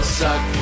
suck